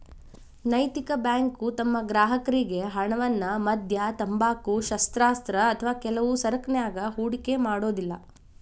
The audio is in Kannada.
ನೈತಿಕ ಬ್ಯಾಂಕು ತಮ್ಮ ಗ್ರಾಹಕರ್ರಿಗೆ ಹಣವನ್ನ ಮದ್ಯ, ತಂಬಾಕು, ಶಸ್ತ್ರಾಸ್ತ್ರ ಅಥವಾ ಕೆಲವು ಸರಕನ್ಯಾಗ ಹೂಡಿಕೆ ಮಾಡೊದಿಲ್ಲಾ